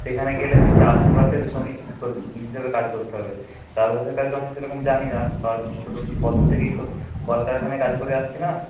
সেখানে গেলে সেই চাষবাসের শ্রমিক হিসাবে কাজ করতে হবে চাষবাসের কাজ তো আমি সেরকম জানি না ছোটো প্রথম থেকেই তো কলকারখানায় কাজ করে আসছি না